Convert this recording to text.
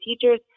teachers